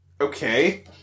Okay